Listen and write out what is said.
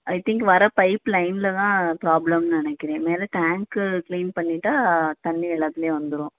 ஐ think வரப் pipe லைனில் தான் ப்ராப்ளம்னு நினைக்கிறேன் மேலே டேங்க்கு கிளீன் பண்ணிவிட்டா தண்ணி எல்லாத்துலேயும் வந்துடும்